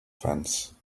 fence